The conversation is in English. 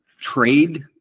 trade